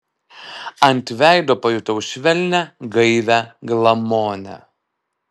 ant veido pajutau švelnią gaivią glamonę